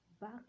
back